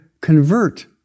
convert